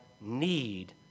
need